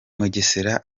mugesera